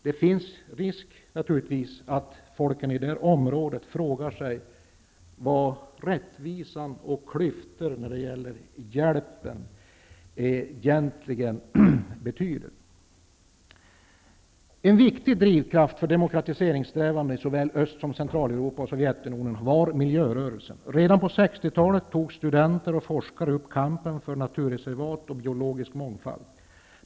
Det finns naturligtvis risk för att folk i det området frågar sig vad rättvisan och klyftor när det gäller hjälpen egentligen betyder. En viktig drivkraft för demokratiseringssträvanden i såväl Öst som Centraleuropa och Sovjetunionen var miljörörelsen. Redan på 60-talet tog studenter och forskare upp kampen för naturreservat och biologisk mångfald.